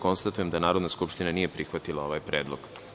Konstatujem da Narodna skupština nije prihvatila ovaj Predlog.